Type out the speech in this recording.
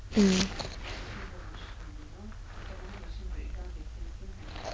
mm